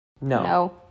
No